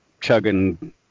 chugging